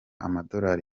amadolari